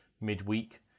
midweek